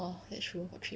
orh that's true